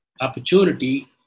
opportunity